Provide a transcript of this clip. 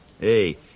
Hey